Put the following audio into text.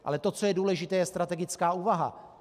Ale to, co je důležité, je strategická úvaha.